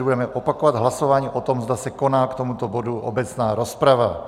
budeme opakovat hlasování o tom, zda se koná k tomuto bodu obecná rozprava.